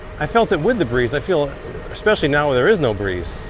i felt it with the breeze. i feel it especially now when there is no breeze.